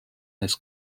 this